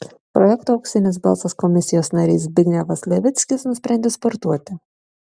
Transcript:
projekto auksinis balsas komisijos narys zbignevas levickis nusprendė sportuoti